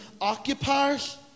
occupiers